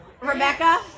rebecca